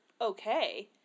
okay